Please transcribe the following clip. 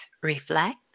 reflect